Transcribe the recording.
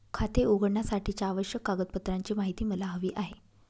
खाते उघडण्यासाठीच्या आवश्यक कागदपत्रांची माहिती मला हवी आहे